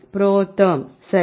புரோதெர்ம் சரி